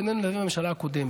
וכמוני עובדי המשרד שלי,